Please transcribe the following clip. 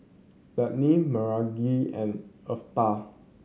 Lannie Margrett and Eartha